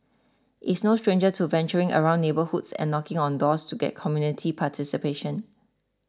is no stranger to venturing around neighbourhoods and knocking on doors to get community participation